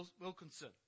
Wilkinson